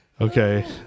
Okay